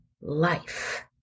Life